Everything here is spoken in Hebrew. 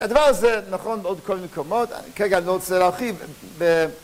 הדבר הזה נכון בעוד כל מיני מקומות, כרגע אני לא רוצה להרחיב ב..